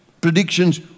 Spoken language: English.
predictions